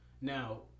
now